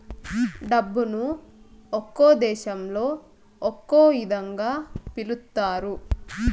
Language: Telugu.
డబ్బును ఒక్కో దేశంలో ఒక్కో ఇదంగా పిలుత్తారు